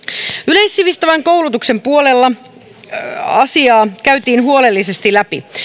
yleissivistävän koulutuksen asiaa käytiin huolellisesti läpi